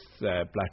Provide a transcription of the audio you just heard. Black